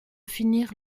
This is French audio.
finir